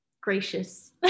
gracious